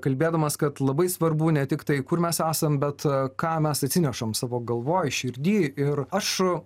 kalbėdamas kad labai svarbu ne tik tai kur mes esam bet ką mes atsinešam savo galvoj širdy ir aš